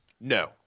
No